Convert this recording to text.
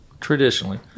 traditionally